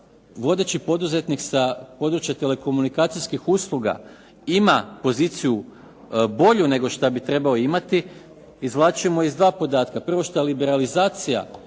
vodeći poduzetnik sa područja telekomunikacijskih usluga ima poziciju bolju nego što bi trebao imati, izvlačimo iz dva podatka, prvo što liberalizacija